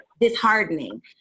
disheartening